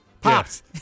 pops